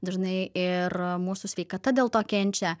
dažnai ir mūsų sveikata dėl to kenčia